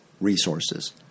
resources